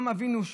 אברהם אבינו,